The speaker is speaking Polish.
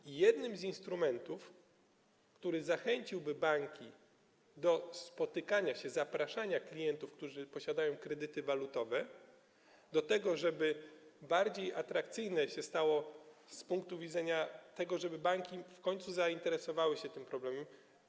I jednym z instrumentów, który zachęciłby banki do spotykania się, do zapraszania klientów, którzy posiadają kredyty walutowe, do tego, żeby bardziej atrakcyjne to się stało z punktu widzenia tego, żeby banki w końcu zainteresowały się tym problemem.